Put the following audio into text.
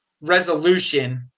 resolution